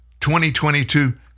2022